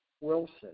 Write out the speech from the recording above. Wilson